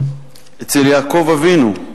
אצל יעקב אבינו.